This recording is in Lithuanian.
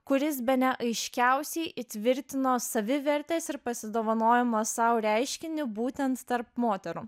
kuris bene aiškiausiai įtvirtino savivertės ir pasidovanojimo sau reiškinį būtent tarp moterų